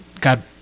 God